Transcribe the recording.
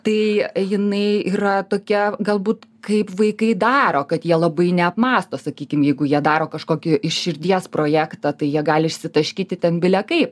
tai jinai yra tokia galbūt kaip vaikai daro kad jie labai neapmąsto sakykim jeigu jie daro kažkokį iš širdies projektą tai jie gali išsitaškyti ten belekaip